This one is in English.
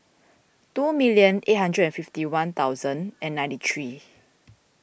two million eight hundred and fifty one thousand and ninety three